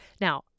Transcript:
Now